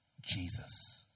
Jesus